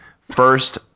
First